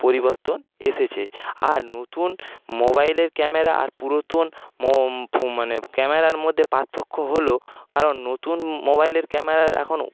পরিবর্তন এসেছে আর নতুন মোবাইলের ক্যামেরা আর পুরোতন মানে ক্যামেরার মধ্যে পার্থক্য হল কারণ নতুন মোবাইলের ক্যামেরা এখন